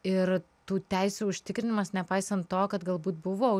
ir tų teisių užtikrinimas nepaisant to kad galbūt buvo